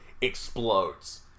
explodes